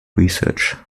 research